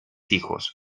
hijos